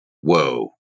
whoa